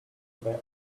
bag